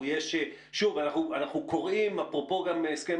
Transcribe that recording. זו בעצם תכנית מתארית שגם תשריין משבצות קרקע